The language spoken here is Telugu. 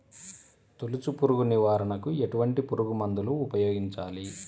తొలుచు పురుగు నివారణకు ఎటువంటి పురుగుమందులు ఉపయోగించాలి?